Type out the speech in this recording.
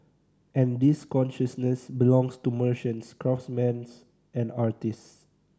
and this consciousness belongs to merchants craftsman and artists